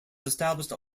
established